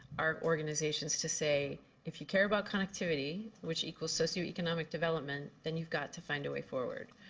our organizations, to say if you care about connectivity, which equals socioeconomic development, then you've got to find a way forward.